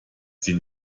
sie